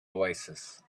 oasis